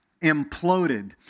imploded